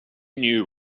knew